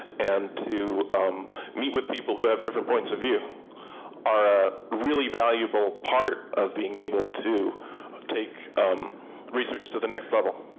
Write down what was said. and to meet with people who have different points of view are a really valuable part of being able to take research to the next level.